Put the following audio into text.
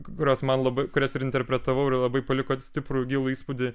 kurios man labai kurias ir interpretavau ir labai paliko stiprų gilų įspūdį